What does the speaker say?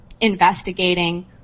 investigating